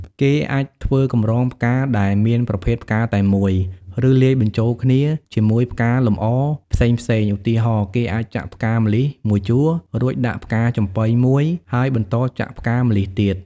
គេអាចធ្វើកម្រងផ្កាដែលមានប្រភេទផ្កាតែមួយ ឬលាយបញ្ចូលគ្នាជាមួយផ្កាលម្អផ្សេងៗ ឧទាហរណ៍ គេអាចចាក់ផ្កាម្លិះមួយជួរ រួចដាក់ផ្កាចំប៉ីមួយ ហើយបន្តចាក់ផ្កាម្លិះទៀត។